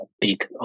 big